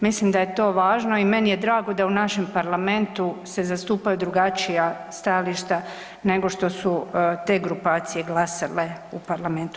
Mislim da je to važno i meni je drago da u našem Parlamentu se zastupaju drugačija stajališta, nego što su te grupacije glasale u Parlamentu.